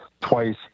twice